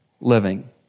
living